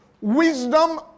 wisdom